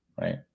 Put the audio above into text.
right